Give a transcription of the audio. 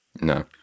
no